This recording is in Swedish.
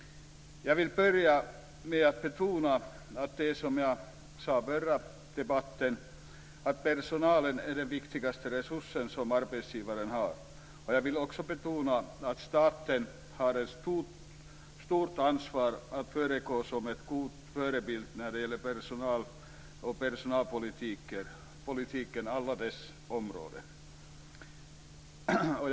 Jag vill börja med att betona det som jag sade i den förra debatten, nämligen att personalen är den viktigaste resursen som arbetsgivaren har. Jag vill också betona att staten har ett stort ansvar att vara en god förebild när det gäller personalpolitiken och alla dess områden.